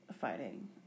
fighting